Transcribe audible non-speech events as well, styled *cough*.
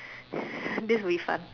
*breath* this would be fun